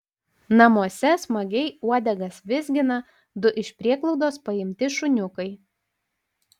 namuose smagiai uodegas vizgina du iš prieglaudos paimti šuniukai